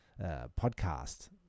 podcast